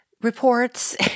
reports